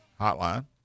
hotline